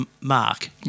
Mark